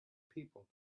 people